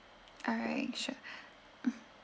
alright sure mm